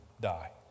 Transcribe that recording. die